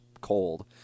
cold